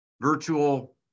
Virtual